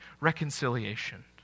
reconciliation